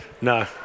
No